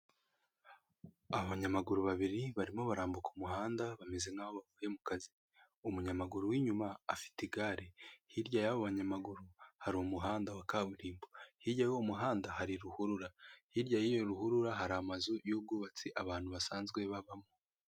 Abanyamaguru babiri barimo barambuka umuhanda bameze nkaho bavuye mu kazi umunyamaguru w'inyuma afite igare hirya y'abonyeyamaguru hari umuhanda wa kaburimbo hirya y'umuhanda hari ruhurura hirya ya ruhurura hari amazu y'ubwubatsi abantu basanzwe babamo.